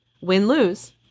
win-lose